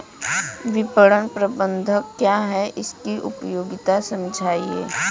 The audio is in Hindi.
विपणन प्रबंधन क्या है इसकी उपयोगिता समझाइए?